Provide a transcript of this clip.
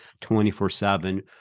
24-7